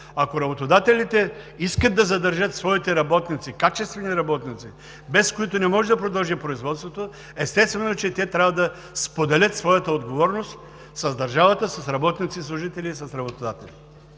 Ако работодателите искат да задържат своите работници, качествени работници, без които не може да продължи производството, естествено, че те трябва да споделят своята отговорност с държавата, с работници, със служители и с работодатели.